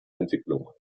entwicklung